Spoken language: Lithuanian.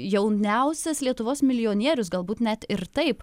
jauniausias lietuvos milijonierius galbūt net ir taip